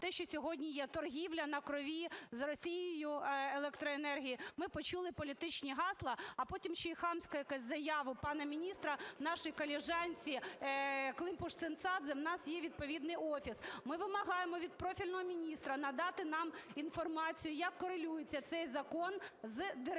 Те, що сьогодні є "торгівля на крові" з Росією електроенергією. Ми почули політичні гасла. А потім ще і хамську якусь заяву пана міністра нашій колежанці Климпуш-Цинцадзе. У нас є відповідний офіс. Ми вимагаємо від профільного міністра надати нам інформацію, як корелюється цей закон з директивами